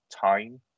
time